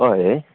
हय